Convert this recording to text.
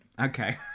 Okay